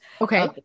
Okay